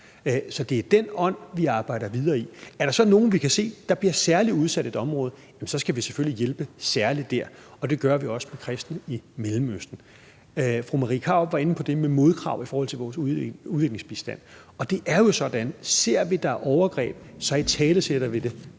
Så det er den ånd, vi arbejder videre i. Hvis der så er nogle, som vi kan se bliver særlig udsat i et område, skal vi selvfølgelig hjælpe særlig dér, og det gør vi også med kristne i Mellemøsten. Fru Marie Krarup var inde på det med modkrav i forhold til vores udviklingsbistand, og det er jo sådan, at ser vi, at der sker overgreb, så italesætter vi det